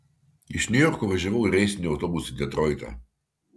iš niujorko važiavau reisiniu autobusu į detroitą